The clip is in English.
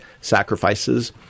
sacrifices